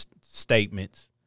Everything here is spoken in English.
statements